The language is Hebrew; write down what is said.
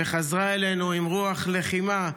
וחזרה אלינו עם רוח לחימה,